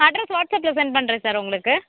address வாட்ஸப்பில் send பண்ணுறேன் sir உங்களுக்கு